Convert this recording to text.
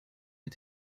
mit